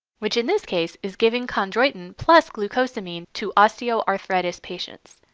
which in this case is giving chondroitin plus glucosamine to osteoarthritis patience.